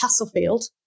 Castlefield